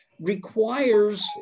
requires